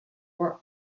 were